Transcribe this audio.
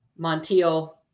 Montiel